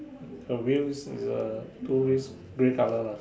a wheels with a two wheels grey color lah